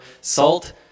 Salt